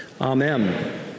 amen